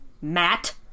Matt